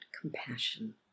compassion